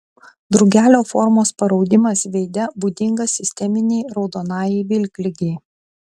drugelio formos paraudimas veide būdingas sisteminei raudonajai vilkligei